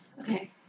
Okay